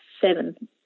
seven